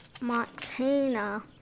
Montana